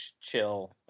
chill